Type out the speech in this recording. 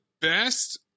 best